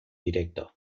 directo